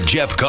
Jeff